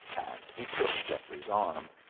and he took geoffrey's arm.